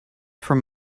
from